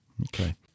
Okay